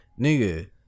nigga